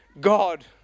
God